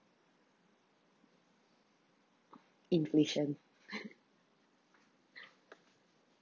inflation